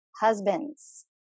husbands